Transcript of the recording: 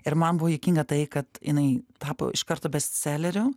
ir man buvo juokinga tai kad jinai tapo iš karto bestseleriu